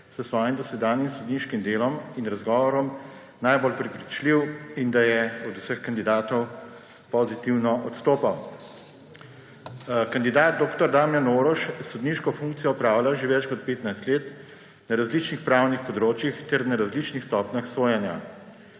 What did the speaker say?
s svojim dosedanjim sodniškim delom in razgovorom najbolj prepričljiv in da je od vseh kandidatov pozitivno odstopal. Kandidat dr. Damjan Orož sodniško funkcijo opravlja že več kot 15 let na različnih pravnih področjih ter na različnih stopnjah sojenja.